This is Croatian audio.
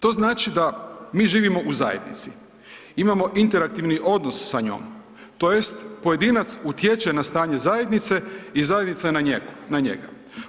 To znači da mi živimo u zajednici, imamo interaktivni odnos sa njom tj. pojedinac utječe na stanje zajednice i zajednica na njega.